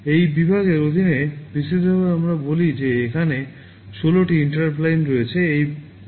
এই বিভাগের অধীনে বিস্তৃতভাবে আমরা বলি যে এখানে 16 টি interrupt লাইন রয়েছে